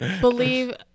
believe